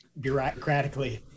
Bureaucratically